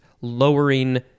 lowering